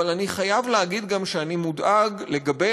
אבל אני חייב להגיד גם שאני מודאג לגבי